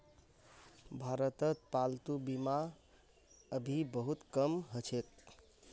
भारतत पालतू बीमा अभी बहुत कम ह छेक